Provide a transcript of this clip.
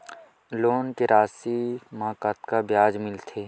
Loan के राशि मा कतका ब्याज मिलथे?